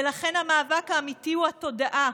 ולכן המאבק האמיתי הוא התודעה.